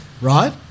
right